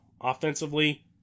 offensively